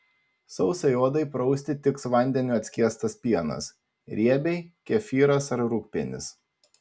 sausai odai prausti tiks vandeniu atskiestas pienas riebiai kefyras ar rūgpienis